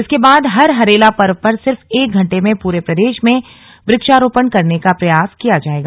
इसके बाद हर हरेला पर्व पर सिर्फ एक घण्टे में पूरे प्रदेश में वृक्षारोपण करने का प्रयास किया जाएगा